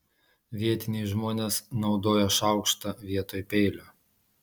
vietiniai žmonės naudoja šaukštą vietoj peilio